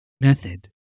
method